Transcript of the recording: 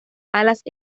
alas